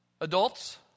Adults